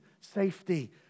safety